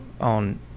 on